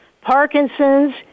Parkinson's